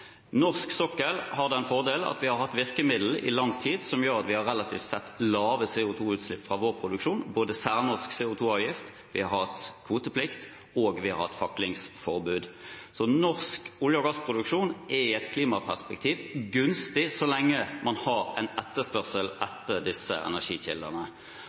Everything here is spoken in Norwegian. Norsk sokkel har den fordelen at vi har hatt virkemidler i lang tid som gjør at vi har relativt sett lave CO2-utslipp fra vår produksjon. Vi har hatt en særnorsk CO2-avgift, vi har hatt kvoteplikt, og vi har hatt faklingsforbud. Norsk olje- og gassproduksjon er i et klimaperspektiv gunstig så lenge man har en etterspørsel etter disse energikildene.